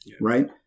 Right